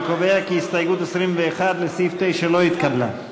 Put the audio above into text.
אני קובע כי הסתייגות 21 לסעיף 9 לא התקבלה.